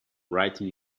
writing